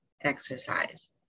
exercise